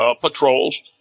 patrols